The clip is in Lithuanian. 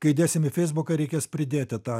kai dėsim į feisbuką reikės pridėti tą